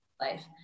Life